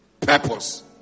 Purpose